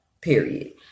period